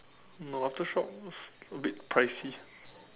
no Aftershock is a bit pricey